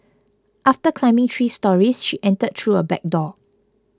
after climbing three storeys she entered through a back door